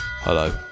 Hello